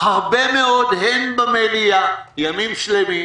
הרבה מאוד, הן במליאה ימים שלמים